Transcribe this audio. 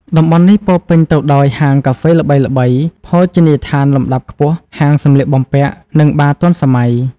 តំបន់នេះពោរពេញទៅដោយហាងកាហ្វេល្បីៗ ភោជនីយដ្ឋានលំដាប់ខ្ពស់ ហាងសំលៀកបំពាក់ និងបារទាន់សម័យ។